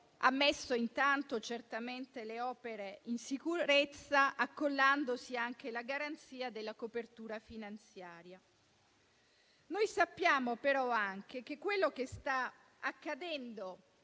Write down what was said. ha messo intanto le opere in sicurezza, accollandosi anche la garanzia della copertura finanziaria. Sappiamo però anche quello che sta accadendo